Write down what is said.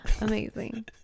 Amazing